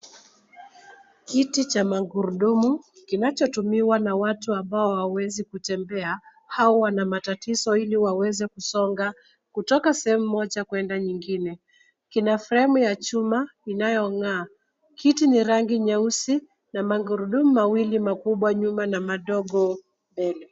Kiti cha magurudumu kinachotumiwa na watu ambao hawawezi kutemeba au wana matatizo ili waweze kusonga kutoka sehemu moja kwenda nyingine, kina fremu ya chuma inayong'aa, kiti ni rangi nyeusi na magurudumu wawili makubwa nyuma na madogo mbele.